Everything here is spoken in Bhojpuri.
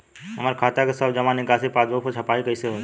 हमार खाता के सब जमा निकासी पासबुक पर छपाई कैसे होई?